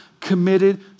committed